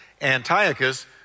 Antiochus